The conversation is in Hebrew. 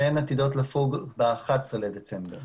שהן עתידות לפוג ב-11 בדצמבר.